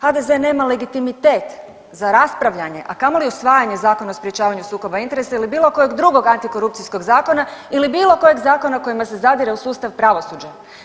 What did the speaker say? HDZ nema legitimitet za raspravljanje, a kamoli usvajanje Zakona o sprječavanju sukoba interesa ili bilo kojeg drugog antikorupcijskog zakona ili bilo kojeg zakona kojima se zadire u sustav pravosuđa.